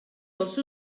dels